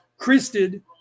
Christed